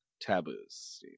taboos